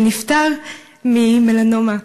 שנפטר ממלנומה.